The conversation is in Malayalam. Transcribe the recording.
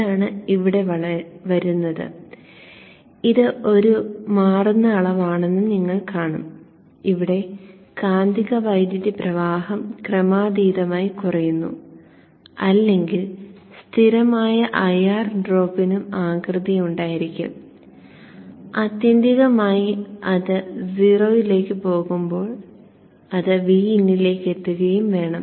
അതാണ് ഇവിടെ വരുന്നത് ഇത് ഒരു മാറുന്ന അളവാണെന്ന് നിങ്ങൾ കാണും ഇവിടെ കാന്തിക വൈദ്യുത പ്രവാഹം ക്രമാതീതമായി കുറയുന്നു അല്ലെങ്കിൽ സ്ഥിരമായ IR ഡ്രോപ്പിനും ആകൃതി ഉണ്ടായിരിക്കും ആത്യന്തികമായി അത് അത് 0 ലേക്ക് പോകുമ്പോൾ അത് Vin ലേക്ക് എത്തുകയും വേണം